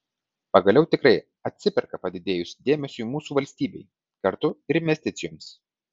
pagaliau tikrai atsiperka padidėjus dėmesiui mūsų valstybei kartu ir investicijoms